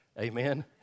Amen